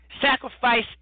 Sacrifice